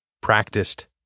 practiced